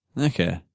Okay